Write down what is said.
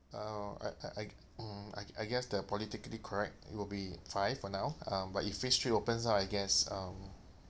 oh I I I mm I I guess you're politically correct it will be five for now um but if phase three opens up I guess um